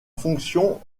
fonction